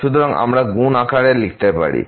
xn11⋅2⋅⋯⋅n1 সুতরাং আমরা গুণ আকারে লিখতে পারি